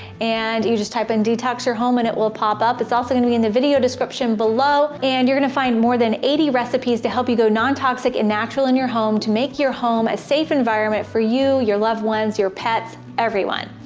and you just type in detox your home and it will pop up. it's also going to be in the video description below and you're gonna find more than eighty recipes to help you go non-toxic and natural in your home to make your home a safe environment for you your loved ones, your pets, everyone!